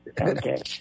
Okay